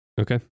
Okay